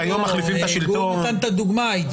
הביא את הדוגמה של הדבקת מודעה.